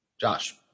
Josh